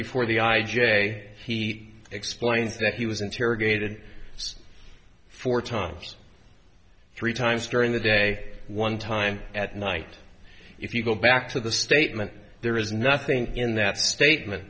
before the i j a he explains that he was interrogated four times three times during the day one time at night if you go back to the statement there is nothing in that statement